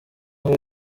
aho